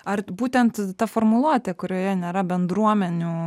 ar būtent ta formuluotė kurioje nėra bendruomenių